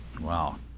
Wow